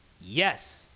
Yes